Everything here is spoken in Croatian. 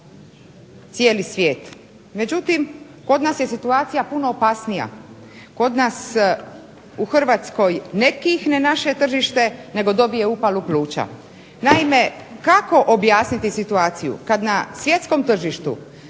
cijeli svijet. Međutim, kod nas je situacija puno opasnija. Kod nas u Hrvatskoj ne kihne naše tržište nego dobije upalu pluća. Naime, kako objasniti situaciju kad na svjetskom tržištu